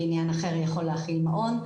בניין אחר יכול להכיל מעון,